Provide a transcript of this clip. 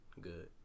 good